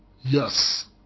yes